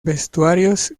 vestuarios